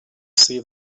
see